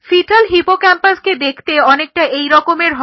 fetal হিপোক্যাম্পাসকে দেখতে অনেকটা এই রকমের হয়